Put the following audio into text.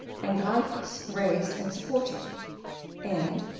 and gryphus raised and supported and,